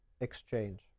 exchange